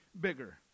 bigger